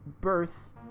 birth